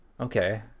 okay